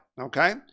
Okay